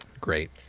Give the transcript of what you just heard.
Great